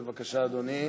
בבקשה, אדוני.